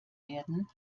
werden